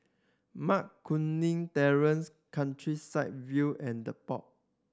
Mac Kuning Terrace Countryside View and The Pod